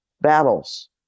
battles